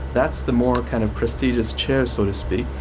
that's the more kind of prestigious chair so to speak.